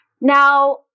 Now